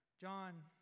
John